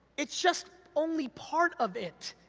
it's just only part of it,